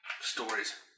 Stories